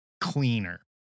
cleaner